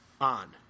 on